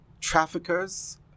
traffickers